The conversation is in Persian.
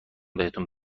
بهتون